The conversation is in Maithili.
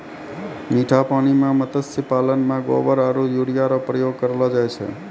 मीठा पानी मे मत्स्य पालन मे गोबर आरु यूरिया रो प्रयोग करलो जाय छै